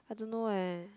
I don't know eh